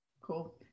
Cool